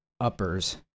uppers